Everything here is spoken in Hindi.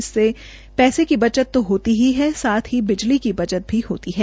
इससे पैसे की बचत तो होती है साथ ही बिजली की बचत भी होती है